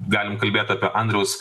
galim kalbėt apie andriaus